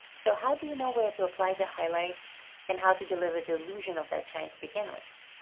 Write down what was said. so how do you know where to apply the highlights and how to deliver the illusion of that shine to begin with?